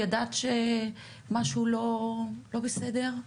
ידעת שמשהו לא בסדר?